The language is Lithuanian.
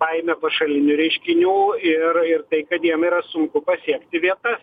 baibė pašalinių reiškinių ir ir tai kad jiem yra sunku pasiekti vietas